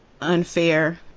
unfair